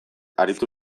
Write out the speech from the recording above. aritu